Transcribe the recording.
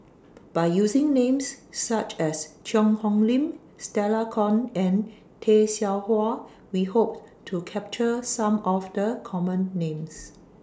By using Names such as Cheang Hong Lim Stella Kon and Tay Seow Huah We Hope to capture Some of The Common Names